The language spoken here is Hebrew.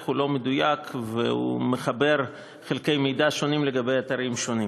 הוא לא מדויק והוא מחבר חלקי מידע שונים לגבי אתרים שונים.